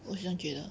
我是这样觉得